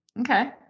okay